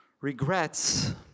Regrets